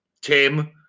Tim